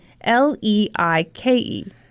L-E-I-K-E